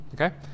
Okay